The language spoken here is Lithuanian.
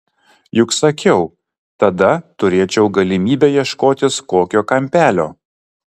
juk sakiau tada turėčiau galimybę ieškotis kokio kampelio